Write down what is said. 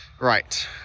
Right